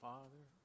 Father